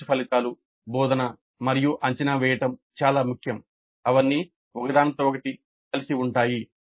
course ఫలితాలు బోధన మరియు అంచనా వేయడం చాలా ముఖ్యం అవన్నీ ఒకదానితో ఒకటి కలిసి ఉంటాయి